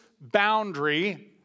boundary